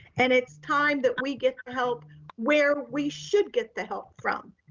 and it's time that we get the help where we should get the help from.